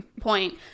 point